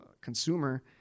consumer